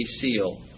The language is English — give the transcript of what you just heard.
seal